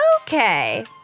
Okay